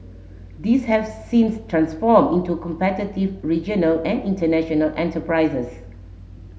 these have since transformed into competitive regional and international enterprises